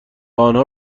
آنها